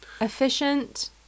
efficient